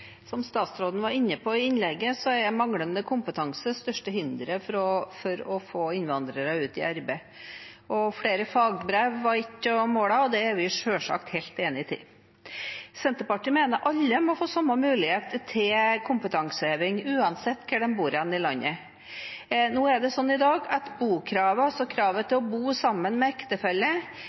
manglende kompetanse det største hinderet for å få innvandrere ut i arbeid. Flere fagbrev var ett av målene, og det er vi selvsagt helt enig i. Senterpartiet mener alle må få samme mulighet til kompetanseheving uansett hvor de bor i landet. I dag er det sånn at bokravene, altså kravet til å bo sammen